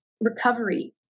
Recovery